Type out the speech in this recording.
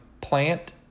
plant